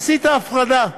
עשית הפרדה.